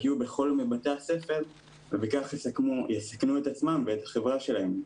יגיעו כל יום לבתי הספר בכך הם יסכנו את עצמם ואת החברים שלהם,